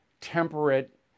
temperate